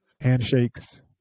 handshakes